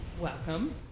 Welcome